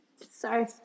Sorry